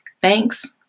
Thanks